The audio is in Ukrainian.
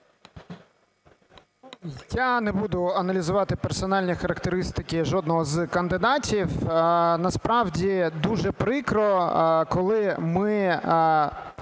Я не буду аналізувати персональні характеристики жодного з кандидатів. Насправді дуже прикро, коли ми